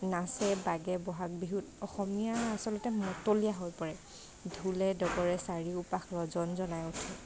নাচে বাগে বহাগ বিহুত অসমীয়া আচলতে মতলীয়া হৈ পৰে ঢোলে ডগৰে চাৰিওপাশ ৰজনজনাই উঠে